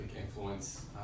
influence